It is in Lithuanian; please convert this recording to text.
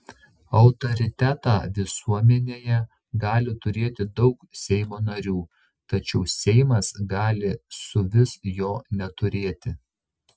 autoritetą visuomenėje gali turėti daug seimo narių tačiau seimas gali suvis jo neturėti